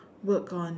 work on